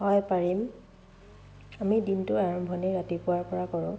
হয় পাৰিম আমি দিনটোৰ আৰম্ভণি ৰাতিপুৱাৰপৰা কৰোঁ